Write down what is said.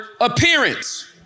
appearance